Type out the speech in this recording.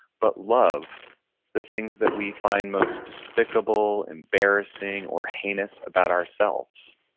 but love the things that we find most despicable, embarrassing, or heinous about ourselves.